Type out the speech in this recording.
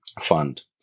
fund